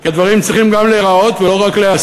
כי הדברים צריכים גם להיראות וגם להיעשות,